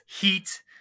Heat